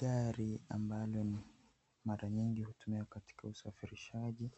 Gari ambalo ni mara nyingi hutumika katika usafirishaji